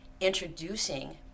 introducing